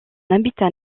habitat